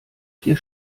vier